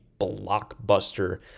blockbuster